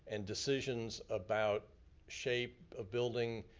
and decisions about shape, ah building,